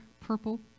purple